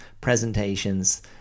presentations